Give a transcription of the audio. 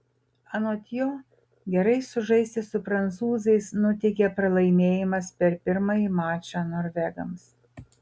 anot jo gerai sužaisti su prancūzais nuteikė pralaimėjimas per pirmąjį mačą norvegams